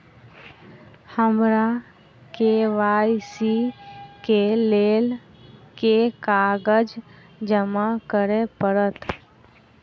हमरा के.वाई.सी केँ लेल केँ कागज जमा करऽ पड़त?